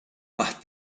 más